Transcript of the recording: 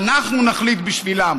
אנחנו נחליט בשבילם.